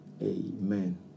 Amen